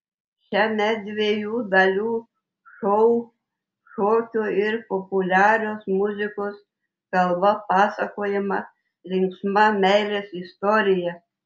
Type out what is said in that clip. šiame dviejų dalių šou šokio ir populiarios muzikos kalba pasakojama linksma meilės istorija